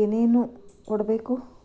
ಏನೇನು ಕೊಡಬೇಕು?